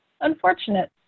unfortunate